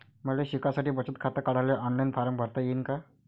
मले शिकासाठी बचत खात काढाले ऑनलाईन फारम भरता येईन का?